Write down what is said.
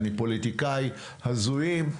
אני פוליטיקאי - הזויים,